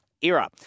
era